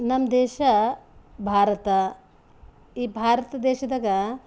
ನಮ್ಮ ದೇಶ ಭಾರತ ಈ ಭಾರತ ದೇಶದಾಗ